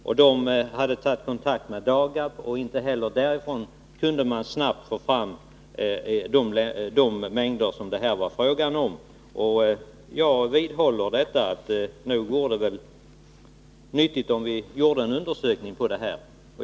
Det företaget togisin tur kontakt med Dagab, och inte heller därifrån kunde man snabbt få fram de mängder som det här var fråga om. Jag vidhåller därför min uppfattning att det borde göras en undersökning på detta område.